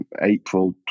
April